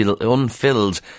unfilled